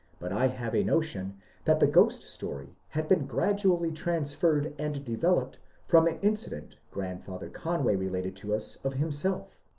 but i have a notion that the ghost story had been gradually transferred and de veloped from an incident grandfather conway related to us of himself.